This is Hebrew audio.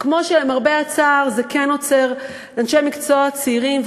כמו שלמרבה הצער זה כן עוצר אנשי מקצוע צעירים,